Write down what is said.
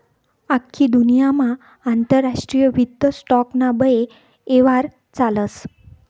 आख्खी दुन्यामा आंतरराष्ट्रीय वित्त स्टॉक ना बये यव्हार चालस